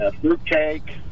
Fruitcake